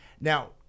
Now